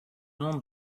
nom